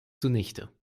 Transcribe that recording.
zunichte